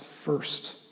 first